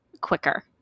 quicker